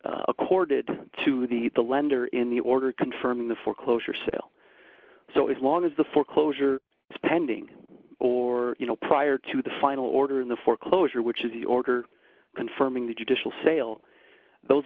accorded to be the lender in the order confirming the foreclosure sale so it's long as the foreclosure spending or you know prior to the final order in the foreclosure which is the order confirming the judicial sale those